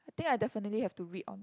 I think I definitely have to read on